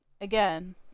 again